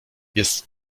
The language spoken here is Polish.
jest